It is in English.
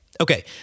Okay